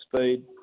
speed